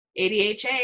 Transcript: ADHA